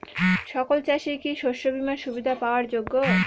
সকল চাষি কি শস্য বিমার সুবিধা পাওয়ার যোগ্য?